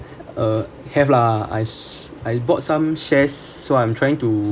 uh have lah I I bought some shares so I'm trying to